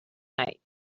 night